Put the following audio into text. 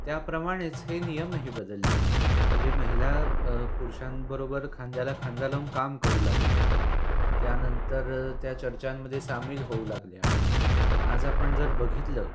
त्याप्रमाणेच हे नियमही बदलले म्हणजे महिला पुरुषांबरोबर खांद्याला खांदा लावून काम करू लागल्या त्यानंतर त्या चर्चांमध्ये सामील होऊ लागल्या आज आपण जर बघितलं